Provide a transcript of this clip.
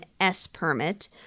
S-permit